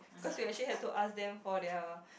because we actually had to ask them for their